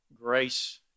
grace